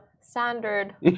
standard